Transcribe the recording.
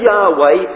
Yahweh